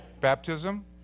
baptism